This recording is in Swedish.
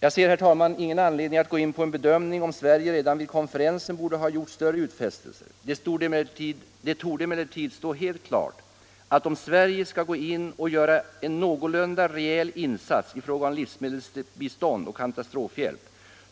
Jag ser ingen anledning att gå in på en bedömning av om Sverige redan vid konferensen borde ha gjort större utfästelser. Det torde stå helt klart, att om Sverige skall göra en någorlunda rejäl insats i fråga om livsmedelsbistånd och katastrofhjälp,